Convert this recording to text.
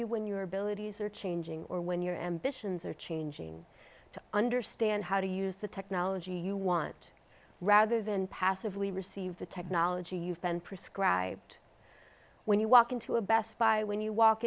you when your abilities are changing or when your ambitions are changing to understand how to use the technology you want rather than passively receive the technology you've been prescribed when you walk into a best buy when you walk